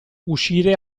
uscire